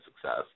success